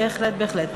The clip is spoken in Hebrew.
בהחלט, בהחלט.